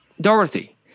Dorothy